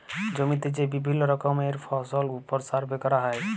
জমিতে যে বিভিল্য রকমের ফসলের ওপর সার্ভে ক্যরা হ্যয়